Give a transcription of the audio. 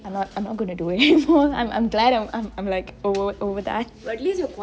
I'm not I'm not going gonna do it anymore I'm I'm glad I'm I'm I'm like oh we're over that